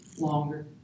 longer